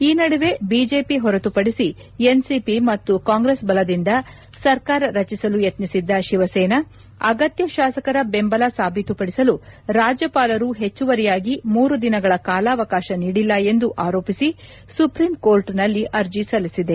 ಈ ನಡುವೆ ಬಿಜೆಪಿ ಹೊರತುಪಡಿಸಿ ಎನ್ಸಿಪಿ ಮತ್ತು ಕಾಂಗ್ರೆಸ್ ಬಲದಿಂದ ಸರ್ಕಾರ ರಚಿಸಲು ಯತ್ನಿಸಿದ್ದ ಶಿವಸೇನಾ ಅಗತ್ನ ಶಾಸಕರ ಬೆಂಬಲ ಸಾಬೀತುಪಡಿಸಲು ರಾಜ್ಯಪಾಲರು ಹೆಚ್ಚುವರಿಯಾಗಿ ಮೂರು ದಿನಗಳ ಕಾಲಾವಕಾಶ ನೀಡಿಲ್ಲ ಎಂದು ಆರೋಪಿಸಿ ಸುಪ್ರೀಂ ಕೋರ್ಟ್ನಲ್ಲಿ ಅರ್ಜಿ ಸಲ್ಲಿಸಿದೆ